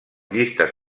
llistes